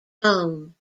home